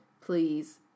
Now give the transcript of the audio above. Please